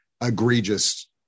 egregious